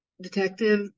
detective